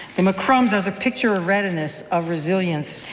the mccrums are the picture of readiness, of resilience.